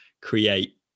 create